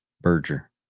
Berger